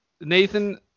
Nathan